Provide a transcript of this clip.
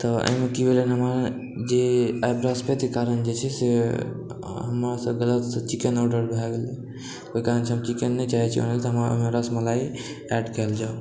तऽ एहिमे की भेलय ने हमरा लग जे आइ बरहस्पतिके कारण जे छै से हमरासॅं गलतसे चिकन ऑर्डर भए गेलै ओहि कारण हम चिकन नहि चाहै छी हमरामे रसमलाई एड कयल जाउ